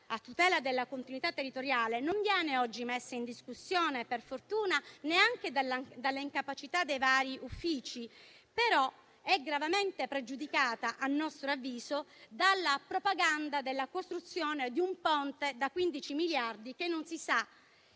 a tutela della continuità territoriale non viene oggi messa in discussione, per fortuna, neanche dalla incapacità dei vari uffici, ma è gravemente pregiudicata, a nostro avviso, dalla propaganda per la costruzione di un ponte da 15 miliardi, che non si sa